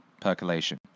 percolation